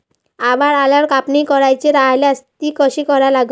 आभाळ आल्यावर कापनी करायची राह्यल्यास ती कशी करा लागन?